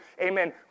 amen